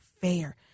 Fair